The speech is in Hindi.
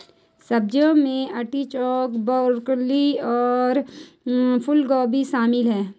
सब्जियों में आर्टिचोक, ब्रोकोली और फूलगोभी शामिल है